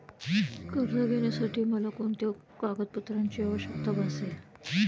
कर्ज घेण्यासाठी मला कोणत्या कागदपत्रांची आवश्यकता भासेल?